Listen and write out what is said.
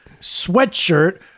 sweatshirt